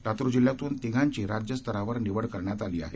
लातूर जिल्ह्यातून तिघाजणांची राज्य स्तरावर निवड करण्यात आली आहे